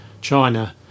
China